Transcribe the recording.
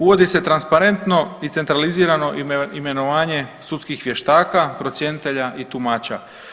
Uvodi se transparentno i centralizirano imenovanje sudskih vještaka, procjenitelja i tumača.